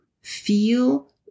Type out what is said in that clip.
Feel